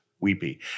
weepy